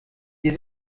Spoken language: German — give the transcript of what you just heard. wir